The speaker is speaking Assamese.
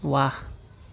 ৱাহ